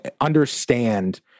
understand